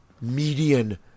median